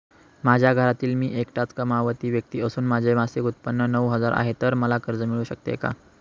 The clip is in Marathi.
माझ्या घरातील मी एकटाच कमावती व्यक्ती असून माझे मासिक उत्त्पन्न नऊ हजार आहे, तर मला कर्ज मिळू शकते का?